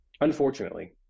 unfortunately